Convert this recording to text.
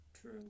true